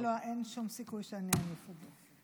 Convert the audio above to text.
אין שום סיכוי שאני אניף את זה.